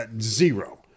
zero